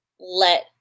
let